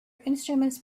instruments